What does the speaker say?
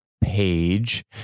page